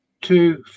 Two